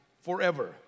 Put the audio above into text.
forever